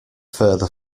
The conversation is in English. further